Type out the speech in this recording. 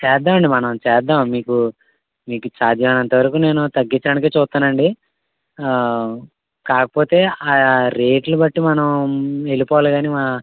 చేద్దాం అండి మనం చేద్దాం మీకు మీకు సాధ్యమైనంత వరకు నేను తగ్గిచ్చడానికే చూస్తానండి కాకపోతే ఆ రేట్లు బట్టి మనం వెళ్లిపోవాలి కానీ